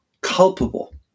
culpable